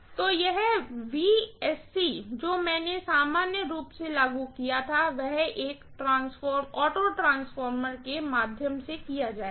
तो यह जो मैंने सामान्य रूप से लागू किया था वह एक ऑटो ट्रांसफार्मर के माध्यम से किया जाएगा